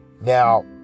Now